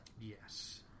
Yes